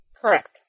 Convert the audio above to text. Correct